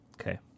okay